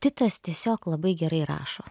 titas tiesiog labai gerai rašo